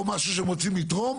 או משהו שהם רוצים לתרום,